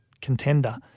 contender